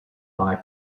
buy